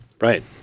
Right